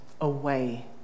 away